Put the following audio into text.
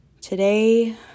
today